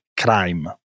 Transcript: crime